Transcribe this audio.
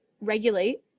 regulate